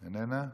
איננה,